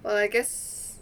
well I guess